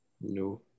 No